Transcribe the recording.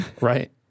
Right